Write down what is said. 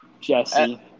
Jesse